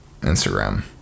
Instagram